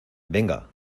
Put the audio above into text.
venga